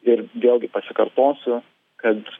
ir vėlgi pasikartosiu kad